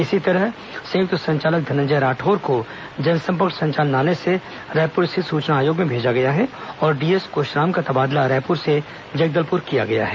इसी तरह संयुक्त संचालक धनंजय राठौर को जनसंपर्क संचालनालय से रायपुर स्थित सूचना आयोग में भेजा गया है और डीएस कुशराम का तबादला रायपुर से जगदलपुर किया गया है